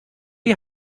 die